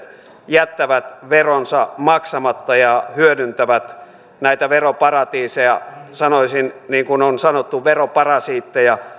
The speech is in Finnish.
jättävät veronsa maksamatta ja hyödyntävät näitä veroparatiiseja sanoisin niin kuin on sanottu veroparasiitteja